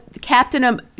Captain